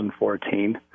2014